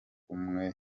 umwe